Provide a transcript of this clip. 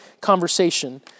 conversation